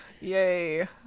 yay